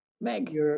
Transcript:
Meg